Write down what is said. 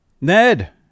Ned